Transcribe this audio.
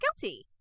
guilty